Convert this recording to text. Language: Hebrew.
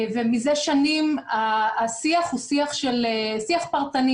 מזה שנים השיח הוא שיח פרטני,